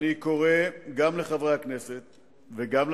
אני קורא גם לחברי הכנסת וגם לשרים,